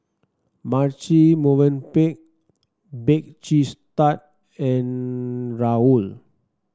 Marche Movenpick Bake Cheese Tart and Raoul